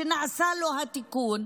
שנעשה לו התיקון,